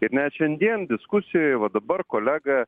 ir net šiandien diskusijoje va dabar kolega